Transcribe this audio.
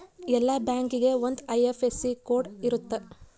ಎಲ್ಲಾ ಬ್ಯಾಂಕಿಗೆ ಒಂದ್ ಐ.ಎಫ್.ಎಸ್.ಸಿ ಕೋಡ್ ಇರುತ್ತ